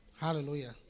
Hallelujah